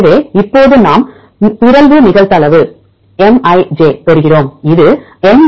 எனவே இப்போது நாம் பிறழ்வு நிகழ்தகவு Mij பெறுகிறோம் இது எம்